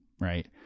right